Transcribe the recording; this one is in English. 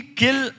kill